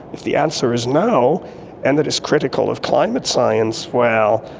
if the answer is no and that it's critical of climate science, well,